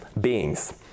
beings